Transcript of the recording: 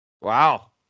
Wow